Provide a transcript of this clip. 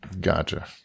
Gotcha